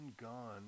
Gone